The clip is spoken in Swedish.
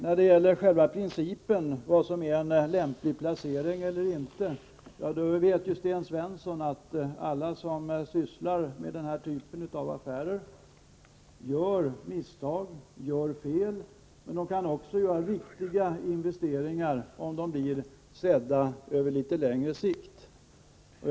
När det gäller den principiella frågan vad som är en lämplig placering eller inte vet Sten Svensson att alla som sysslar med den här typen av affärer kan göra misstag men också, sett över en längre period, kan göra riktiga investeringar.